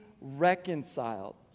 reconciled